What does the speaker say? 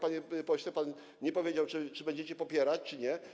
Panie pośle, pan nie powiedział, czy będziecie popierać, czy nie.